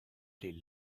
les